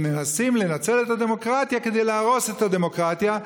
והם מנסים לנצל את הדמוקרטיה כדי להרוס את הדמוקרטיה,